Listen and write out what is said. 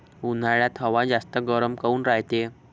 उन्हाळ्यात हवा जास्त गरम काऊन रायते?